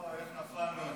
אוי, איך נפלנו איתכם?